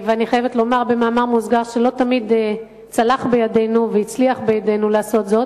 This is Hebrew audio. אני חייבת לומר במאמר מוסגר שלא תמיד צלח בידנו והצלחנו לעשות זאת,